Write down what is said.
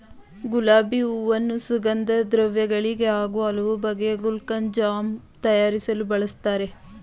ಗುಲಾಬಿ ಹೂವನ್ನು ಸುಗಂಧದ್ರವ್ಯ ಗಳಿಗೆ ಹಾಗೂ ಹಲವು ಬಗೆಯ ಗುಲ್ಕನ್, ಜಾಮ್ ತಯಾರಿಸಲು ಬಳ್ಸತ್ತರೆ